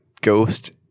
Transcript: ghost